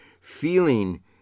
feeling